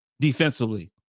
defensively